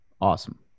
Awesome